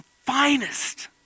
finest